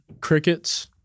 crickets